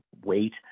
wait